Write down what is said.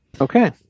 Okay